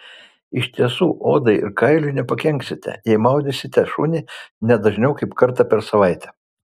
iš tiesų odai ir kailiui nepakenksite jei maudysite šunį ne dažniau kaip kartą per savaitę